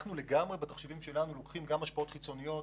אנחנו בתחשיבים שלנו לוקחים גם השפעות חיצוניות,